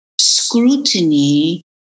scrutiny